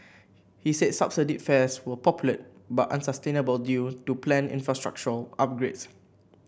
he said subsidised fares were popular but unsustainable due to planned infrastructural upgrades